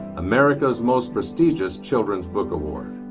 america's most prestigious children's book award.